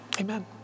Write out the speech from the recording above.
amen